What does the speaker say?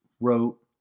wrote